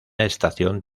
estación